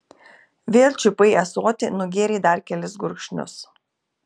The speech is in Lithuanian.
vėl čiupai ąsotį nugėrei dar kelis gurkšnius